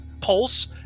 pulse